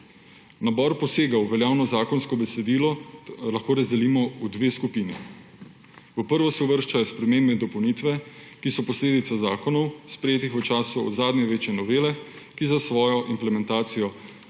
Nabor posegov v veljavno zakonsko besedilo lahko razdelimo v dve skupini. V prvo se uvrščajo spremembe in dopolnitve, ki so posledica zakonov, sprejetih v času od zadnje večje novele, ki za svojo implementacijo bodisi